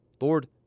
Lord